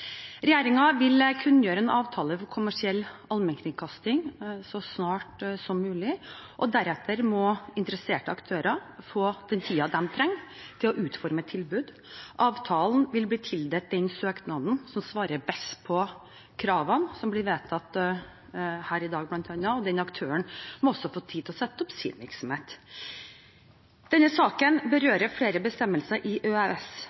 vil kunngjøre en avtale for kommersiell allmennkringkasting så snart som mulig, og deretter må interesserte aktører få den tiden de trenger til å utforme et tilbud. Avtalen vil bli tildelt den søknaden som svarer best på kravene som blir vedtatt her i dag, bl.a., og den aktøren må få tid til å sette opp sin virksomhet. Denne saken berører flere bestemmelser i